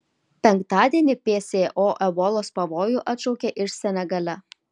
penktadienį pso ebolos pavojų atšaukė iš senegale